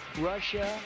Russia